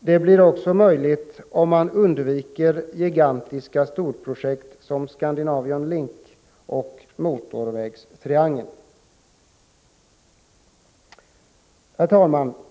Det blir också möjligt om man undviker gigantiska storprojekt som Scandinavian Link och motorvägstriangeln. Herr talman!